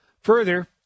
Further